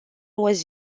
was